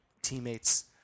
Teammates